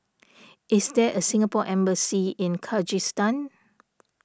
is there a Singapore Embassy in Kyrgyzstan